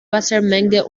wassermenge